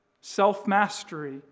Self-mastery